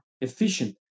efficient